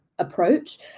approach